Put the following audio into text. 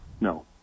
No